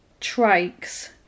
trikes